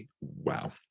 Wow